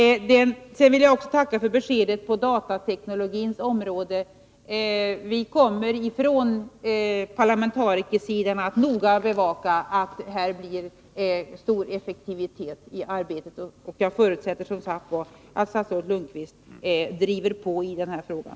Sedan vill jag också tacka för beskedet när det gäller datateknologins område. Vi kommer från parlamentarikersidan att noga bevaka att det blir stor effektivitet i arbetet, och jag förutsätter som sagt att statsrådet Lundkvist driver på i den här frågan.